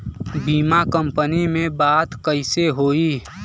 बीमा कंपनी में बात कइसे होई?